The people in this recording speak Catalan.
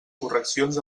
correccions